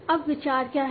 अब विचार क्या है